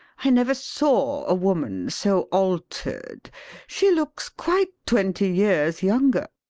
i never saw a woman so altered she looks quite twenty years younger.